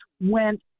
went